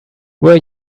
were